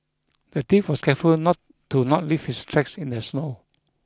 the thief was careful not to not leave his tracks in the snow